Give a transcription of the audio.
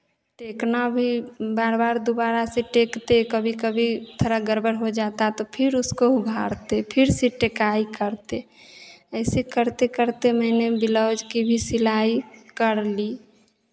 टेकना भी बार बार दुबारा से टेकते कभी कभी थोड़ा गड़बड़ हो जाता तो फिर उसको उघारते फिर से टेकाई करते ऐसे करते करते मैंने ब्लाउज़ की भी सिलाई कर ली